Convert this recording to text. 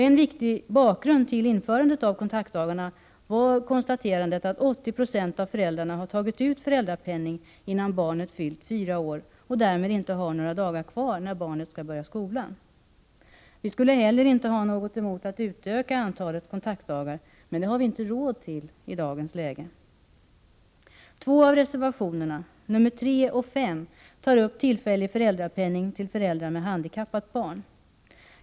En viktig bakgrund till införandet av kontaktdagarna var konstaterandet att 80 96 av föräldrarna har tagit ut föräldrapenning innan barnet fyllt fyra år och att de därmed inte har några dagar kvar när barnet skall börja skolan. Vi skulle heller inte ha något emot att utöka antalet kontaktdagar, men det finns inte resurser till detta i dagens läge. Två av reservationerna, nr 3 och 5, tar upp tillfällig föräldrapenning till föräldrar med handikappat barn.